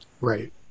right